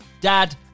Dad